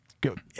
Good